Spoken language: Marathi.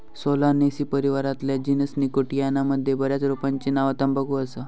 सोलानेसी परिवारातल्या जीनस निकोटियाना मध्ये बऱ्याच रोपांची नावा तंबाखू असा